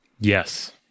Yes